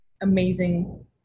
amazing